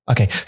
Okay